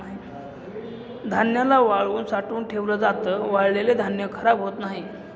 धान्याला वाळवून साठवून ठेवल जात, वाळलेल धान्य खराब होत नाही